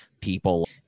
people